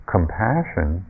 Compassion